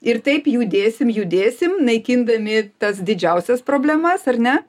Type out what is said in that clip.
ir taip judėsim judėsim naikindami tas didžiausias problemas ar ne